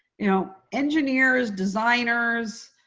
you know engineers, designers,